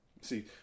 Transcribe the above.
See